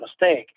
mistake